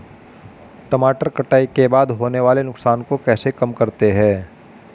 टमाटर कटाई के बाद होने वाले नुकसान को कैसे कम करते हैं?